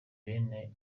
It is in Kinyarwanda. bene